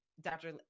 Dr